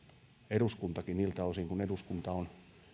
eduskuntakin niiltä osin kuin eduskunta on